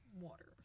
water